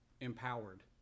empowered